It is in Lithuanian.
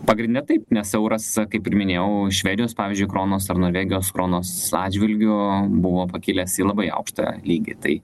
pagrinde taip nes euras kaip ir minėjau švedijos pavyzdžiui kronos ar norvegijos kronos atžvilgiu buvo pakilęs į labai aukštą lygį tai